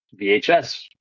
VHS